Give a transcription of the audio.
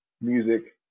music